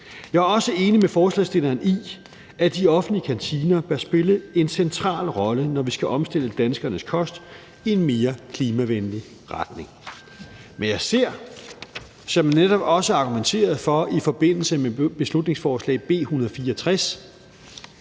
Jeg er også enig med forslagsstilleren i, at de offentlige kantiner bør spille en central rolle, når vi skal omstille danskernes kost i en mere klimavenlig retning. Men jeg er altså, som jeg netop også har argumenteret for i forbindelse med beslutningsforslag nr.